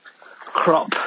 crop